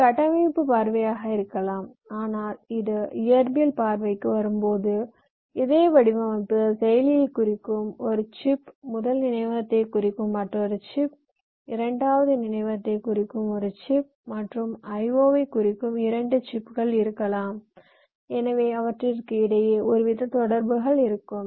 இது கட்டமைப்பு பார்வையாக இருக்கலாம் ஆனால் இது இயற்பியல் பார்வைக்கு வரும்போது இதே வடிவமைப்பு செயலியைக் குறிக்கும் ஒரு சிப் முதல் நினைவகத்தைக் குறிக்கும் மற்றொரு சிப் இரண்டாவது நினைவகத்தைக் குறிக்கும் ஒரு சிப் மற்றும் IO ஐ குறிக்கும் 2 சிப்கள் இருக்கலாம் எனவே அவற்றிற்கு இடையே ஒருவித தொடர்புகள் இருக்கும்